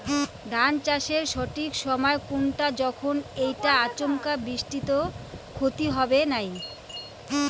ধান চাষের সঠিক সময় কুনটা যখন এইটা আচমকা বৃষ্টিত ক্ষতি হবে নাই?